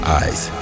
eyes